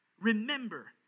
remember